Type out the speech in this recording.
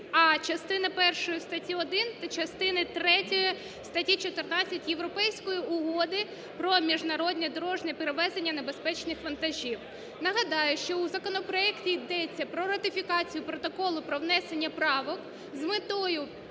а) частини першої статті 1 та частини третьої статті 14 Європейської угоди про міжнародне дорожнє перевезення небезпечних вантажів. Нагадаю, що у законопроекті йдеться про ратифікацію Протоколу про внесення правок з метою